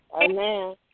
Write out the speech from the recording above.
Amen